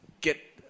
get